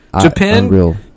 japan